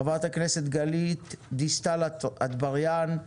חברת הכנסת גלית דיסטל אטבריאן,